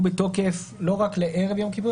יהיו בתוקף לא רק לערב יום כיפור,